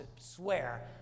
swear